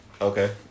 Okay